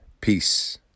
Peace